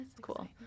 cool